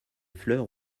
fleurs